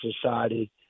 society